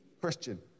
Christian